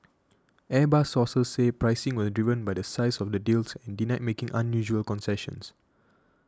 Airbus sources said pricing was driven by the size of the deals and denied making unusual concessions